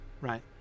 right